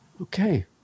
okay